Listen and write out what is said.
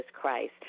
Christ